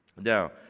Now